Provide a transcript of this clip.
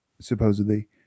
supposedly